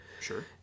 Sure